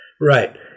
Right